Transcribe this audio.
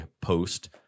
post